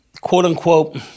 quote-unquote